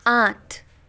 आठ